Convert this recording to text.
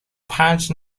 پنج